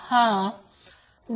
तर Ia √ 2 I p cos t